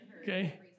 Okay